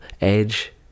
edge